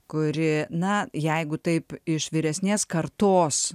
kuri na jeigu taip iš vyresnės kartos